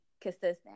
consistent